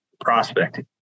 prospecting